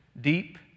deep